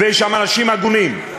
ויש שם אנשים הגונים,